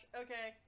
okay